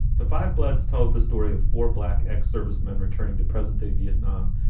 the five bloods tells the story of four black ex servicemen returning to present day vietnam,